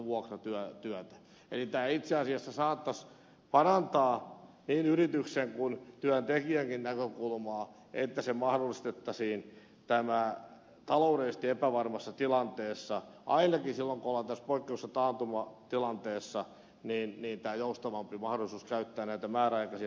eli tämä itse asiassa saattaisi parantaa niin yrityksen kuin työntekijänkin näkökulmaa että mahdollistettaisiin taloudellisesti epävarmassa tilanteessa ainakin silloin kun ollaan poikkeuksellisessa taantumatilanteessa tämä joustavampi mahdollisuus käyttää näitä määräaikaisia